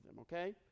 okay